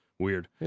Weird